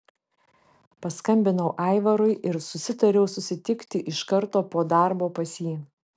paskambinau aivarui ir susitariau susitikti iš karto po darbo pas jį